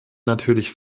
natürlich